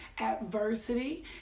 adversity